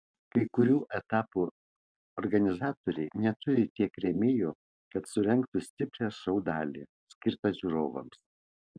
kai kurių etapų organizatoriai neturi tiek rėmėjų kad surengtų stiprią šou dalį skirtą žiūrovams